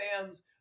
fans